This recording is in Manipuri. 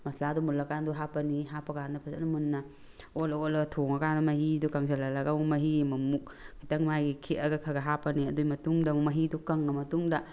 ꯃꯁꯂꯥꯗꯣ ꯃꯨꯜꯂꯀꯥꯟꯗ ꯍꯥꯞꯄꯅꯤ ꯍꯥꯞꯄꯀꯥꯟꯗ ꯐꯖꯅ ꯃꯨꯟꯅ ꯑꯣꯠꯂ ꯑꯣꯠꯂꯒ ꯊꯣꯡꯉꯀꯥꯟꯗ ꯃꯍꯤꯗꯣ ꯀꯪꯁꯤꯜꯍꯜꯂꯒ ꯑꯃꯨꯛ ꯃꯍꯤ ꯑꯃꯃꯨꯛ ꯈꯤꯇꯪ ꯃꯥꯒꯤ ꯈꯤꯛꯑꯒ ꯈꯔ ꯈꯔ ꯍꯥꯞꯄꯅꯤ ꯑꯗꯨꯒꯤ ꯃꯇꯨꯡꯗ ꯑꯃꯨꯛ ꯃꯍꯤꯗꯣ ꯀꯪꯉ ꯃꯇꯨꯡꯗ